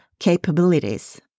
capabilities